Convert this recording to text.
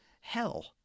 hell